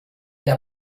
der